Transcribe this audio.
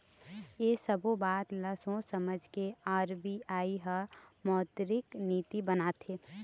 ऐ सब्बो बात ल सोझ समझ के आर.बी.आई ह मौद्रिक नीति बनाथे